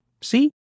See